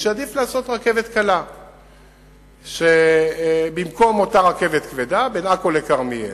עדיף לעשות רכבת קלה במקום אותה רכבת כבדה בין עכו לכרמיאל.